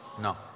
No